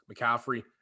McCaffrey